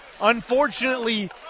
unfortunately –